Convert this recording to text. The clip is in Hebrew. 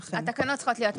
התקנות צריכות להיות מתוקנות.